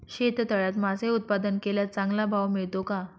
शेततळ्यात मासे उत्पादन केल्यास चांगला भाव मिळतो का?